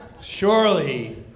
Surely